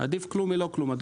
עדיף כלום מלא כלום.